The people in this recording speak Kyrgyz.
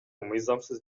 мыйзамсыз